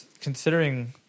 considering